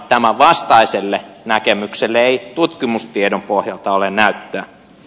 tämän vastaiselle näkemykselle ei tutkimustiedon pohjalta ole näyttöä